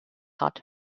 hat